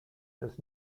does